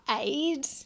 aid